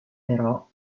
però